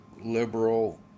liberal